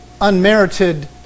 unmerited